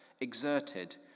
exerted